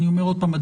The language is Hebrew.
אני אומר עוד פעם,